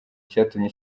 icyatumye